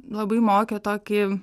labai mokė tokį